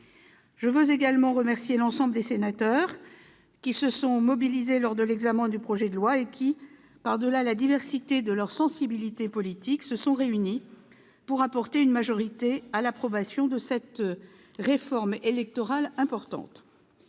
Je veux également remercier l'ensemble des sénateurs qui se sont mobilisés lors de l'examen du projet de loi et qui, par-delà la diversité de leurs sensibilités politiques, se sont réunis pour apporter une majorité à l'approbation de cette réforme électorale importante.